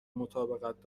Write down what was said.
مطابقت